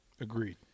Agreed